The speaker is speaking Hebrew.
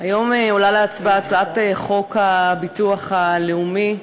היום עולה להצבעה הצעת חוק הביטוח הלאומי,